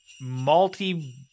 multi